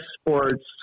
Sports